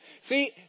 see